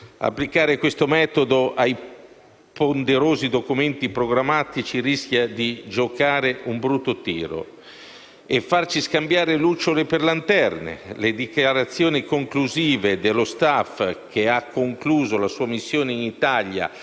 di farci scambiare lucciole per lanterne: le dichiarazioni conclusive dello *staff* che ha terminato la sua missione in Italia ai sensi, vice ministro Morando, dell'*Article* *IV* del Regolamento del FMI,